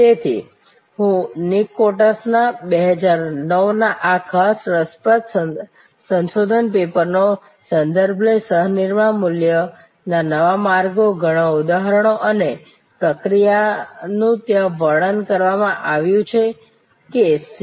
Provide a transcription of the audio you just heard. તેથી હું Nick Coates ના 2009 ના આ ખાસ રસપ્રદ સંશોધન પેપરનો સંદર્ભ લઈશ સહ નિર્માણ મૂલ્યના નવા માર્ગો ઘણા ઉદાહરણો અને પ્રક્રિયાનું ત્યાં વર્ણન કરવામાં આવ્યું છે અને સી